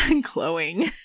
Glowing